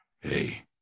hey